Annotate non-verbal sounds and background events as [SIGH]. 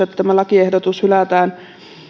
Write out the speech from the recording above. [UNINTELLIGIBLE] että tämä lakiehdotus hylätään